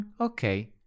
okay